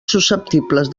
susceptibles